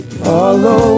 follow